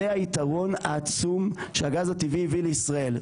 זה היתרון העצום שהגז הטבעי הביא לישראל.